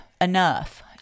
enough